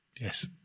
yes